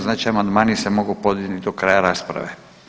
Znači amandmani se mogu podnijeti do kraja rasprave.